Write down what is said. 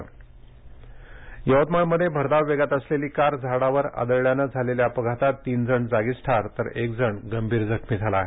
अपघात यवतमाळमध्ये भरधाव वेगात असलेली कार झाडावर आढळल्याने झालेल्या अपघातात तीन जण जागीच ठार तर एक गंभीर जखमी झाला आहे